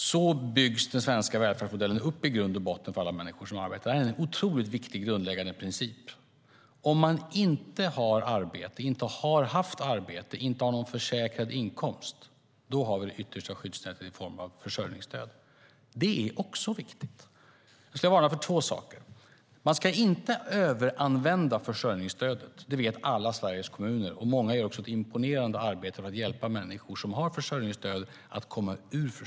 Så byggs den svenska välfärdmodellen upp för alla människor som arbetar. Det är en otroligt viktig grundläggande princip. Om man inte har arbete, inte har haft arbete och inte har någon försäkrad inkomst, då har vi det yttersta skyddsnätet i form av försörjningsstöd. Det är också viktigt. Jag skulle vilja varna för två saker. Man ska inte överanvända försörjningsstödet. Det vet alla Sveriges kommuner, och många gör också ett imponerande arbete för att hjälpa människor som har försörjningsstöd att komma ur det.